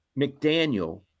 McDaniel